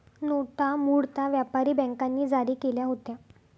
नोटा मूळतः व्यापारी बँकांनी जारी केल्या होत्या